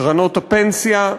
קרנות הפנסיה,